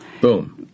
Boom